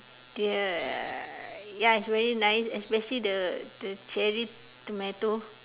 the ya it's very nice especially the the cherry tomato